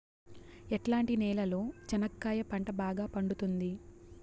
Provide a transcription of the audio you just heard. ఎట్లాంటి నేలలో చెనక్కాయ పంట బాగా పండుతుంది?